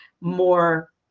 more